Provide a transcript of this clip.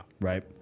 Right